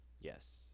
Yes